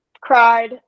cried